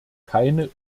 keine